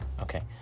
Okay